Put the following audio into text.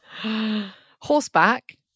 horseback